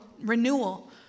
renewal